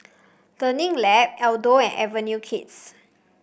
Learning Lab Aldo and Avenue Kids